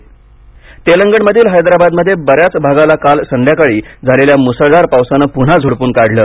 तेलंगना तेलंगणमधील हैद्राबादमध्ये बऱ्याच भागाला काल संध्याकाळी झालेल्या मुसळधार पावसानं पुन्हा झोडपून काढलं